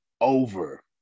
over